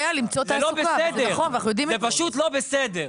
זה פשוט לא בסדר.